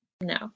No